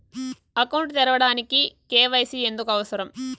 Account తెరవడానికి, KYC ఎందుకు అవసరం?